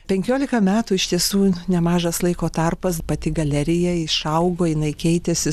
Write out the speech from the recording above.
penkiolika metų iš tiesų nemažas laiko tarpas pati galerija išaugo jinai keitėsi